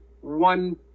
one